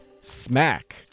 Smack